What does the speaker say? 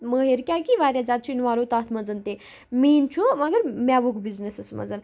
مٲہِر کیاہ کہِ واریاہ زیادٕ چھُ اِنوالو تَتھ منٛز تہِ مین چھُ مگر میوٚوُک بِزنٮِسَس منٛز